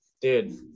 dude